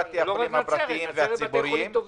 בנצרת יש בתי חולים טובים.